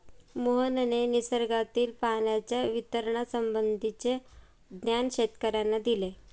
मोहनने निसर्गातील पाण्याच्या वितरणासंबंधीचे ज्ञान शेतकर्यांना दिले